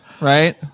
right